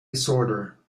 disorder